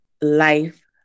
life